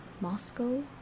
Moscow